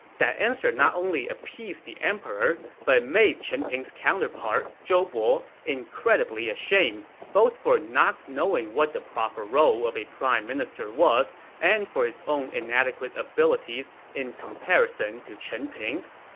that answer not only appeased the emperor, but it made chen ping's counterpart, zhou bo, incredibly ashamed, both for not knowing what the proper role of a prime minister was and for his own inadequate abilities in comparison to chen ping's.